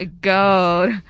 God